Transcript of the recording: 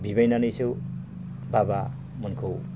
बिबायनानैसो बाबामोनखौ